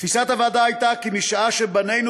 תפיסת הוועדה הייתה כי משעה שבנינו